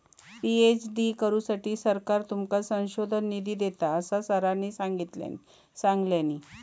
PhD करुसाठी सरकार तुमका संशोधन निधी देता, असा सरांनी सांगल्यानी